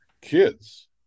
kids